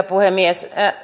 puhemies